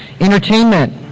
entertainment